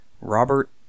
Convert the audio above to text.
Robert